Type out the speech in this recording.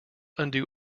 undo